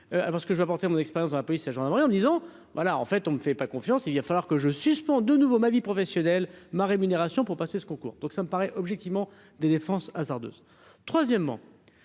parce que je vais apporter mon expérience dans la police et gendarmerie en disant : voilà, en fait, on ne fait pas confiance, il y a falloir que je suspends de nouveau ma vie professionnelle, ma rémunération pour passer ce concours, donc ça me paraît objectivement des défense hasardeuse, troisièmement,